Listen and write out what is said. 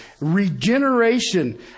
Regeneration